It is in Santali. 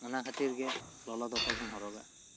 ᱚᱱᱟ ᱠᱷᱟᱹᱛᱤᱨ ᱜᱮ ᱞᱚᱞᱚ ᱫᱚᱛᱚ ᱵᱚᱱ ᱦᱚᱨᱚᱜᱟ